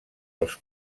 els